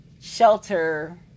Shelter